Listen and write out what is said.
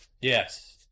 Yes